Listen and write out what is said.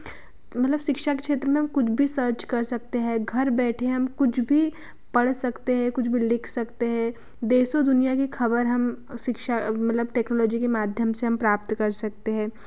मतलब शिक्षा के क्षेत्र में कुछ भी सर्च कर सकते हैं घर बैठे हम कुछ भी पढ़ सकते हैं कुछ भी लिख सकते हैं देशो दुनिया की खबर हम शिक्षा मतलब टेक्नोलॉजी के माध्यम से हम प्राप्त कर सकते हैं